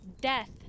Death